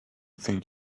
think